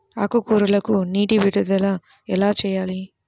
ఆకుకూరలకు నీటి విడుదల ఎలా చేయాలి?